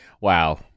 Wow